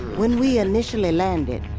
when we initially landed,